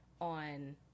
on